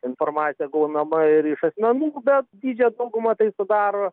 informacija gaunama ir iš asmenų bet didžiąją daugumą tai sudaro